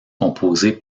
composée